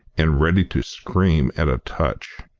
and ready to scream at a touch.